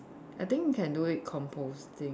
I think can do it composting